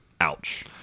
ouch